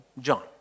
John